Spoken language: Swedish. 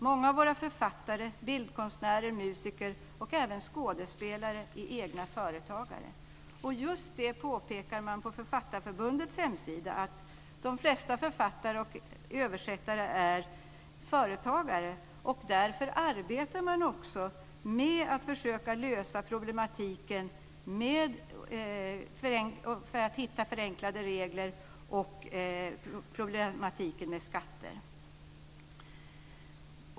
Många av våra författare, bildkonstnärer, musiker och även skådespelare är egna företagare. Och just det påpekar man på Författarförbundets hemsida, nämligen att de flesta författare och översättare är företagare. Därför arbetar man också med att försöka lösa problematiken för att hitta förenklade regler och problematiken med skatter.